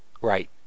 Right